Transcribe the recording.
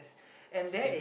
same